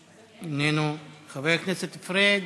איננו, חבר הכנסת פריג,